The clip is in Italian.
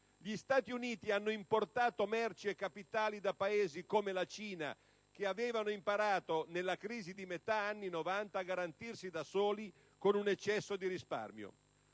gli Stati Uniti hanno importato merci e capitali da paesi, come la Cina, che avevano imparato nella crisi di metà anni '90 a garantirsi da soli con un eccesso di risparmio.